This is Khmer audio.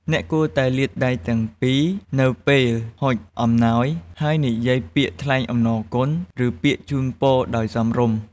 អ្នកគួរតែលាតដៃទាំងពីរនៅពេលហុចអំណោយ ហើយនិយាយពាក្យថ្លែងអំណរគុណ ឬពាក្យជូនពរដោយសមរម្យ។